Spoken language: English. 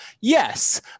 Yes